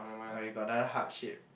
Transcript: okay got another heart shape